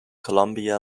columbia